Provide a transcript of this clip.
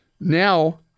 Now